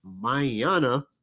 Mayana